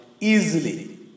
easily